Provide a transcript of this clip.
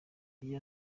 iyo